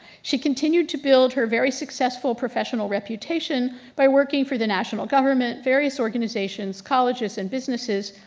she continued to build her very successful professional reputation by working for the national government, various organizations, colleges and businesses,